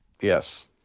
Yes